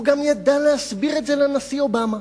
והוא גם ידע להסביר את זה לנשיא אובמה.